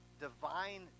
divine